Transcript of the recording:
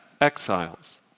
exiles